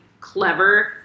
clever